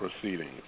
proceedings